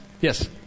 Yes